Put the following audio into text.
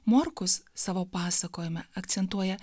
morkus savo pasakojime akcentuoja